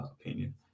opinion